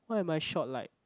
why am I short like